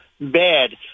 bad